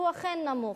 שהוא אכן נמוך,